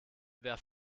wer